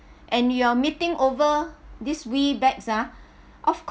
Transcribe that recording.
and you're meeting over this ah of